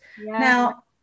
Now